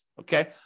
okay